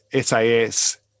SAS